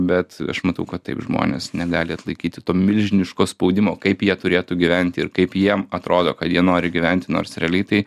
bet aš matau kad taip žmonės negali atlaikyti to milžiniško spaudimo kaip jie turėtų gyventi ir kaip jiem atrodo kad jie nori gyventi nors realiai tai